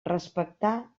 respectar